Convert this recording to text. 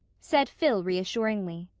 said phil reassuringly.